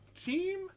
team